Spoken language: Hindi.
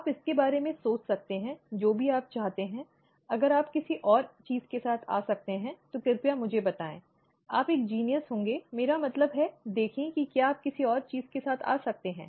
आप इसके बारे में सोच सकते हैं जो भी आप चाहते हैं अगर आप किसी और चीज के साथ आ सकते हैं तो कृपया मुझे बताएं आप एक प्रतिभाशाली होंगे मेरा मतलब है देखें कि क्या आप किसी और चीज के साथ आ सकते हैं